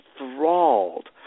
enthralled